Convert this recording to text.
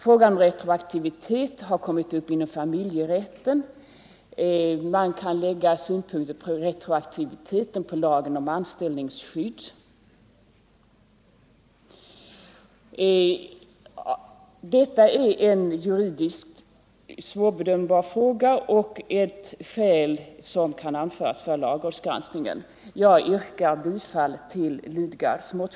Frågan om retroaktivitet har vidare kommit upp inom familjerätten, och man kan lägga synpunkter på retroaktivitet på lagen om anställningsskydd. Detta är en juridiskt svårbedömbar fråga, och dessa svårigheter kan anföras som skäl för lagrådsgranskningen.